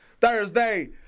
Thursday